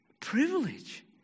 privilege